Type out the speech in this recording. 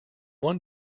one